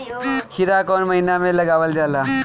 खीरा कौन महीना में लगावल जाला?